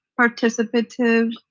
participative